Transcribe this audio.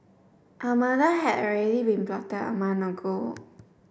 a murder had already been plotted a month ago